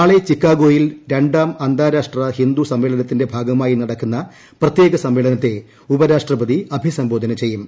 നാളെ ചിക്കായോഗിൽ രണ്ടാം അന്താരാഷ്ട്ര ഹിന്ദുസമ്മേളനത്തിന്റെ ഭാഗമായി നടക്കുന്ന പ്രത്യേക സമ്മേളനത്തെ ഉപരാഷ്ട്രപതി അഭിസംബോധന ചെയ്യും